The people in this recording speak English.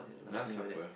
last supper